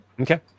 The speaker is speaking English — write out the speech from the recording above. Okay